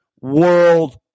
world